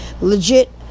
legit